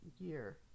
year